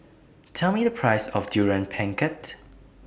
Tell Me The Price of Durian Pengat